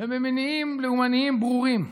ובמניעים לאומניים ברורים.